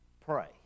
pray